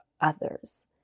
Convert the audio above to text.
others